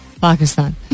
Pakistan